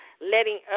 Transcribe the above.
letting